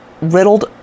riddled